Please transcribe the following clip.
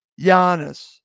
Giannis